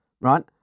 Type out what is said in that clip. right